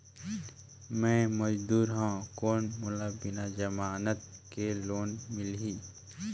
मे मजदूर हवं कौन मोला बिना जमानत के लोन मिलही?